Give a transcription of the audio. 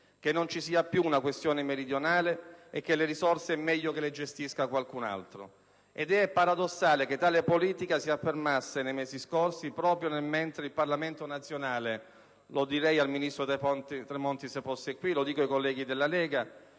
che non ci sia più una questione meridionale e che le risorse è meglio che le gestisca qualcun altro. Ed è paradossale che tale politica si affermasse nei mesi scorsi proprio mentre il Parlamento nazionale - lo direi al ministro Tremonti se fosse presente, lo dico ai colleghi della Lega